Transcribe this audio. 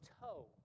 toe